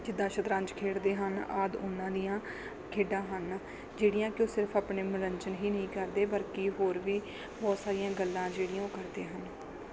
ਜਿੱਦਾਂ ਸਤਰੰਜ਼ ਖੇਡਦੇ ਹਨ ਆਦਿ ਉਹਨਾਂ ਦੀਆਂ ਖੇਡਾਂ ਹਨ ਜਿਹੜੀਆਂ ਕਿ ਉਹ ਸਿਰਫ ਆਪਣੇ ਮਨੋਰੰਜਨ ਹੀ ਨਹੀਂ ਕਰਦੇ ਬਲਕਿ ਹੋਰ ਵੀ ਬਹੁਤ ਸਾਰੀਆਂ ਗੱਲਾਂ ਜਿਹੜੀਆਂ ਉਹ ਕਰਦੇ ਹਨ